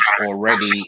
already